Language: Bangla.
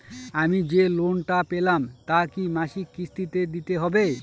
আমি যে লোন টা পেলাম তা কি মাসিক কিস্তি তে দিতে হবে?